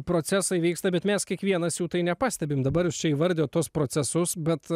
procesai vyksta bet mes kiekvienas jų tai nepastebime dabar čia įvardijo tuos procesus bet